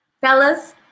Fellas